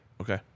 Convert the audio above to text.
Okay